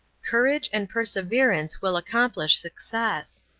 courage and perseverance will accomplish success.